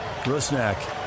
Rusnak